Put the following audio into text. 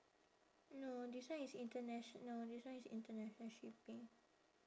no this one is international this one is international shipping